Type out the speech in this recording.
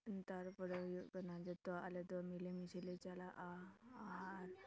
ᱛᱟᱨᱯᱚᱨᱮ ᱦᱩᱭᱩᱜ ᱠᱟᱱᱟ ᱡᱚᱛᱚ ᱟᱞᱮ ᱫᱚ ᱢᱤᱞᱮᱢᱤᱥᱮᱞᱮ ᱪᱟᱞᱟᱜᱼᱟ ᱟᱨ